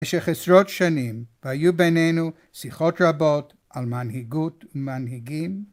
‫במשך עשרות שנים היו בינינו ‫שיחות רבות על מנהיגות מנהיגים.